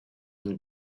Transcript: and